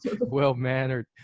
well-mannered